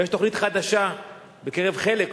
ויש תוכנית חדשה בקרב חלק,